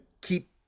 keep